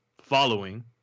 following